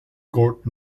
court